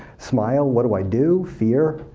smile? what do i do? fear?